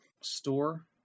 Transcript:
store